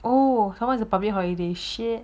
oh someone is a public holiday shit